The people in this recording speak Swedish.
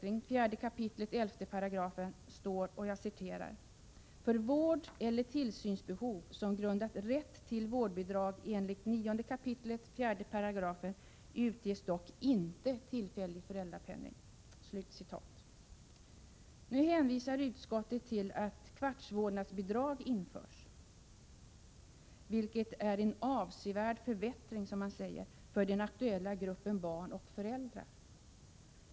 I 4 kap. 11 § lagen om allmän försäkring står: ”För vårdeller tillsynsbehov som grundat rätt till vårdbidrag enligt 9 kap. 4 § utges dock inte tillfällig föräldrapenning.” Nu hänvisar utskottet till att ett fjärdedels vårdbidrag införs, vilket är en avsevärd förbättring, som man säger, för den aktuella gruppen barn och föräldrar.